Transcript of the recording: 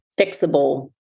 fixable